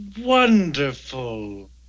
wonderful